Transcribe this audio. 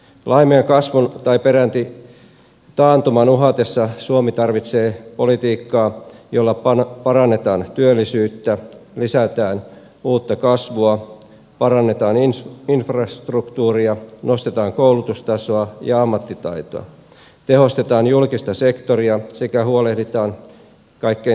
laimean kasvun tai peräti taantuman uhatessa suomi tarvitsee politiikkaa jolla parannetaan työllisyyttä lisätään uutta kasvua parannetaan infrastruktuuria nostetaan koulutustasoa ja ammattitaitoa tehostetaan julkista sektoria sekä huolehditaan kaikkein heikoimmista